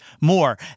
more